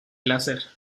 láser